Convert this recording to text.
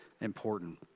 important